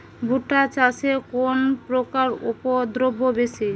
ভুট্টা চাষে কোন পোকার উপদ্রব বেশি?